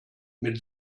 mit